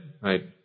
right